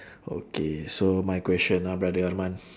okay so my question ah brother arman